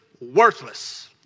worthless